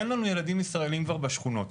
אין לנו כבר ילדים ישראלים בשכונות.